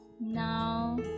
now